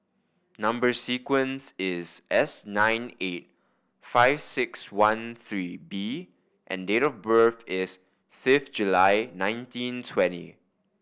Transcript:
number sequence is S nine eight four five six one three B and date of birth is fifth July nineteen twenty